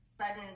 sudden